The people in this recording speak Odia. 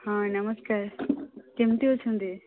ହଁ ନମସ୍କାର କେମିତି ଅଛନ୍ତି